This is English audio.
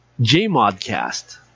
J-Modcast